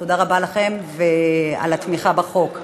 תודה רבה לכם, ועל התמיכה בחוק.